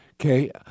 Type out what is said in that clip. Okay